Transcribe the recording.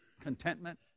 contentment